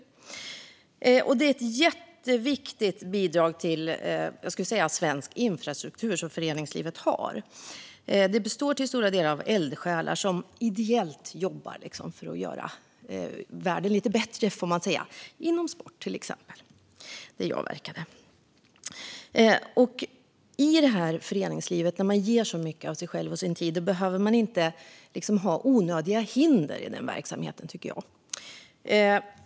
Föreningslivet är ett jätteviktigt bidrag till svensk infrastruktur och består till stora delar av eldsjälar som ideellt jobbar för att göra världen lite bättre, till exempel inom sport där jag själv verkade. I detta föreningsliv där man ger så mycket av sig själv och sin tid behöver man inte ha onödiga hinder i verksamheten, tycker jag.